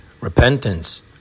Repentance